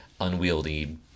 unwieldy